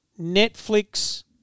Netflix